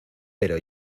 pero